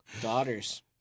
Daughters